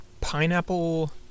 pineapple